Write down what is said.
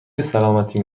سلامتی